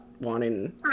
wanting